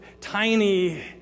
tiny